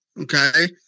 Okay